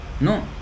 No